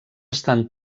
estan